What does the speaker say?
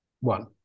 one